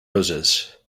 roses